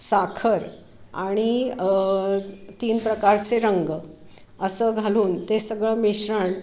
साखर आणि तीन प्रकारचे रंग असं घालून ते सगळं मिश्रण